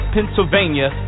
Pennsylvania